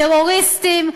טרוריסטים,